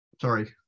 Sorry